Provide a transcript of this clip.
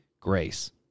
grace